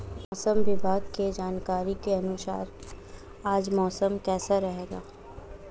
मौसम विभाग की जानकारी के अनुसार आज मौसम कैसा रहेगा?